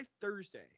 Thursday